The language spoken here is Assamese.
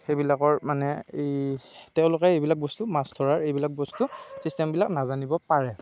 সেইবিলাকৰ মানে এই তেওঁলোকে এইবিলাক বস্তু মাছ ধৰাৰ এইবিলাক বস্তু চিষ্টেমবিলাক নাজানিব পাৰে